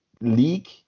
league